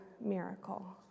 miracle